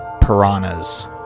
piranhas